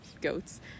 goats